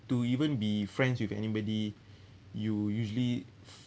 to even be friends with anybody you usually